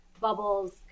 bubbles